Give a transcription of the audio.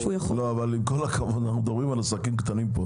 אנחנו מדברים על עסקים קטנים.